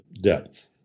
depth